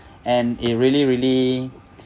and it really really